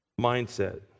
mindset